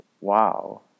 Wow